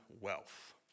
wealth